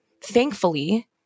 Thankfully